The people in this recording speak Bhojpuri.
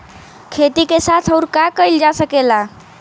खेती के साथ अउर का कइल जा सकेला?